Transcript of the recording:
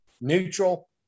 neutral